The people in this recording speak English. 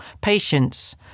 patience